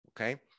okay